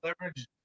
leverage